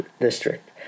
district